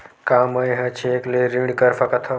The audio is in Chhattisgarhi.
का मैं ह चेक ले ऋण कर सकथव?